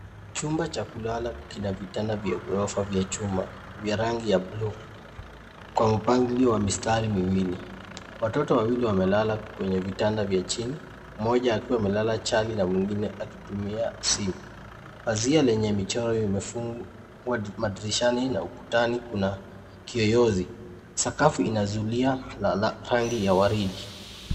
Chumba cha kulala kina vitanda vya ghorofa vya chuma, vyenye rangi ya buluu, vikiwa vimepangwa kwa mpangilio wa mstatili miwili. Watoto wawili wamelala kwenye vitanda vya chini; mmoja amelala chali na mwingine anatumia simu. Dari lina mchoro wa juu wa fumbo, vitanda vikiwa na matrashi, na ukutani kuna kiyoyozi. Sakafu imefunikwa na zulia la rangi ya waridi.